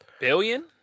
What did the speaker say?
Billion